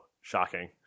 Shocking